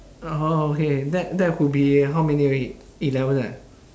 orh okay that that would be how many already eleven ah